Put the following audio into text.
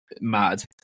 mad